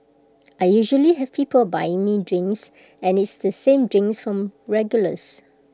I usually have people buying me drinks and IT is the same drinks from regulars